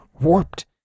warped